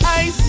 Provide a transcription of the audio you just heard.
ice